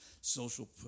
Social